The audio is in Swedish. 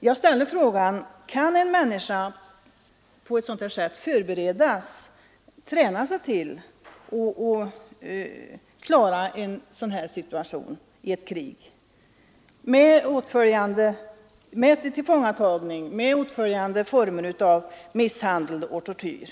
Jag frågar mig: Kan en människa genom en sådan här övning tränas att i ett krig klara tillfångatagning med åtföljande misshandel och tortyr?